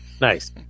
Nice